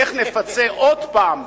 איך נפצה עוד פעם,